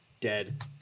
dead